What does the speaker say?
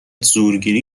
زورگیری